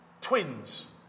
twins